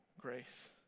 grace